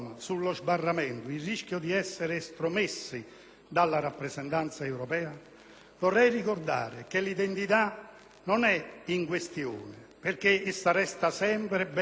vorrei ricordare che l'identità non è in questione perché essa resta sempre ben impressa nel codice genetico di ciascuno di noi e di ciascuna forza politica.